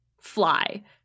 fly